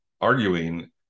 arguing